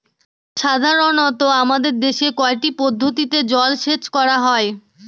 সাধারনত আমাদের দেশে কয়টি পদ্ধতিতে জলসেচ করা হয়?